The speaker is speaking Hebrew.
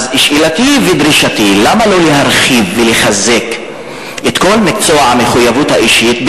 אז שאלתי ודרישתי למה לא להרחיב ולחזק את כל מקצוע המחויבות האישית,